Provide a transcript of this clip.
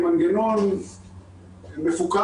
עם מנגנון מפוקד,